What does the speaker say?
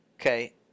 Okay